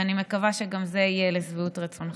ואני מקווה שגם זה יהיה לשביעות רצונך.